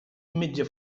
metge